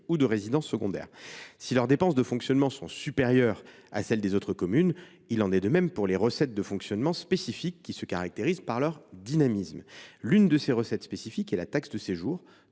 ou de résidences secondaires. Si leurs dépenses de fonctionnement sont supérieures à celles des autres communes, il en est de même des recettes de fonctionnement spécifiques, qui se caractérisent par leur dynamisme. L’une de ces recettes spécifiques est la taxe de séjour,